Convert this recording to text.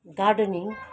gardening